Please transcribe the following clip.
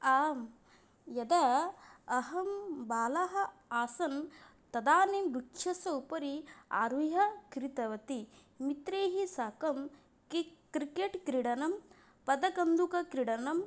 आं यदा अहं बालः आसं तदानीं वृक्षस्य उपरि आरुह्य कृतवती मित्रैः साकं कि क्रिकेट्क्रीडनं पादकन्दुकक्रीडनं